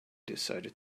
decided